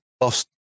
lost